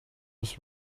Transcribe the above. was